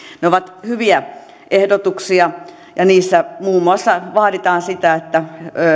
ne ovat hyviä ehdotuksia ja niissä muun muassa vaaditaan sitä että